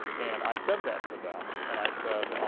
and i said that to them, and i said,